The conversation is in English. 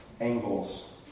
angles